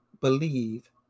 believe